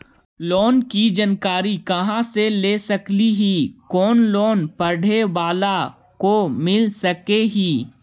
Loan की जानकारी कहा से ले सकली ही, कोन लोन पढ़े बाला को मिल सके ही?